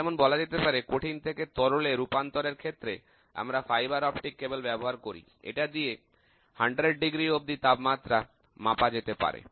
যেমন বলা যেতে পারে কঠিন থেকে তরলে রূপান্তরের ক্ষেত্রে আমরা ফাইবার অপটিক ক্যাবল ব্যবহার করি এটা দিয়ে 100° অব্দি তাপমাত্রা মাপা যেতে পারে